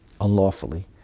unlawfully